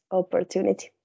opportunity